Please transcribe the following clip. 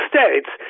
States